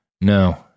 No